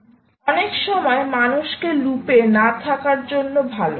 অনেক সময় মানুষকে লুপে না থাকার জন্য ভালো